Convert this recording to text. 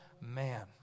man